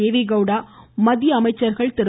தேவகவுடா மத்திய அமைச்சர்கள் திரு